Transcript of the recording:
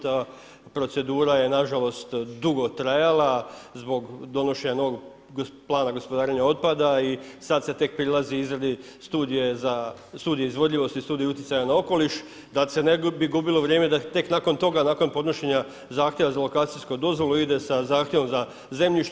Ta procedura je nažalost dugo trajala zbog donošenja novog plana gospodarenja otpada i sad se tek prilazi izradi studije izvodljivosti, studije utjecaja na okoliš da se ne bi gubilo vrijeme da je tek nakon toga, nakon podnošenja zahtjeva za lokacijsku dozvolu ide sa zahtjevom za zemljište.